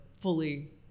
fully